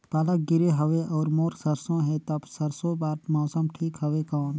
पाला गिरे हवय अउर मोर सरसो हे ता सरसो बार मौसम ठीक हवे कौन?